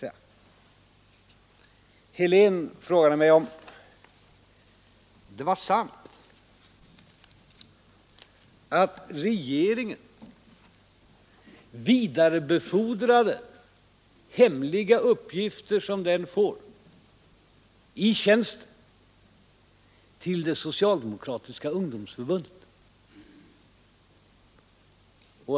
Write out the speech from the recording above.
Herr Helén frågade mig om det var sant att regeringen vidarebefordrade hemliga uppgifter, som den får i tjänsten, till det socialdemokratiska ungdomsförbundet.